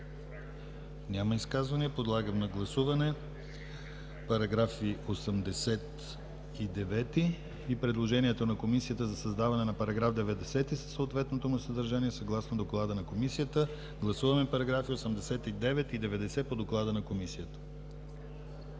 Няма. Подлагам на гласуване § 89 и предложението на Комисията за създаване на § 90, със съответното му съдържание, съгласно доклада на Комисията. Гласуваме параграфи 89 и 90 по доклада на Комисията.